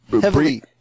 Heavily